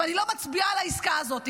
ואני לא מצביעה על העסקה הזאת,